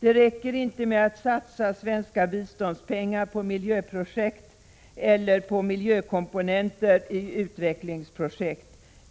Det räcker inte med att satsa svenska biståndspengar på miljöprojekt eller på miljökomponenter i utvecklingsprojekt.